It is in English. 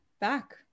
back